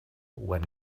when